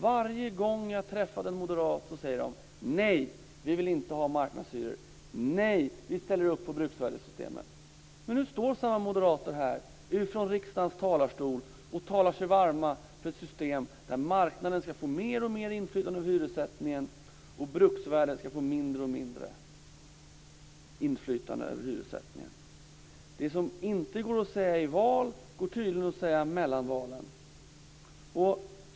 Varje gång svarade dessa moderater: Nej, vi vill inte ha marknadshyror. Nej, vi ställer upp på bruksvärdessystemet. Jag blir därför förvånad när samma moderater nu står här i riksdagens talarstol och talar sig varma för ett system där marknaden skall få mer och mer inflytande över hyressättningen och bruksvärdet skall få mindre och mindre inflytande. Det som inte går att säga i val går tydligen att säga mellan valen.